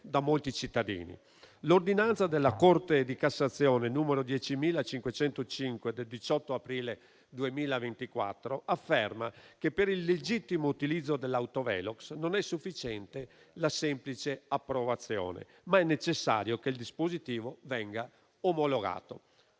da molti cittadini. L'ordinanza della Corte di cassazione n. 10505 del 18 aprile 2024 afferma che, per il legittimo utilizzo dell'autovelox, non è sufficiente la semplice approvazione, ma è necessario che il dispositivo venga omologato.